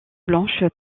blanche